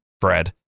Fred